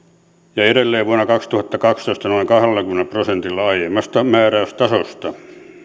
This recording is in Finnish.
ja edelleen vuonna kaksituhattakaksitoista noin kahdellakymmenellä prosentilla aiemmasta määräystasosta